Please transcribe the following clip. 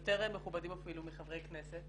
יותר מכובדים אפילו מחברי כנסת